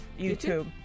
YouTube